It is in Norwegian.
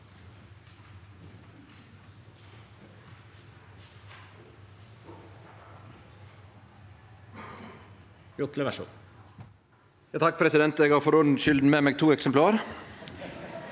Eg har for ordens skyld med meg to eksemplar.